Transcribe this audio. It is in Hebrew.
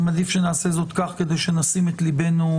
אני מעדיף שנעשה זאת כך כדי שנשים את ליבנו.